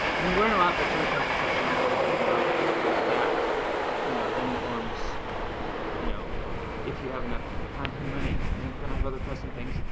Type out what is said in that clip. and you learn a lot by prototyping something, and building something out that you know then forms you know if you have enough time and money, and don't have other pressing things,